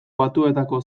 batuetako